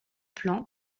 plan